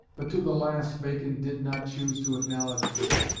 but to the last bacon did not choose to acknowledge this.